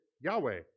Yahweh